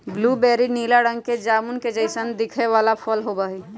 blueberry नीला रंग के जामुन के जैसन दिखे वाला फल होबा हई